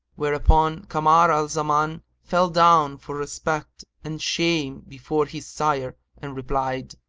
whereupon kamar al-zaman fell down for respect and shame before his sire and replied,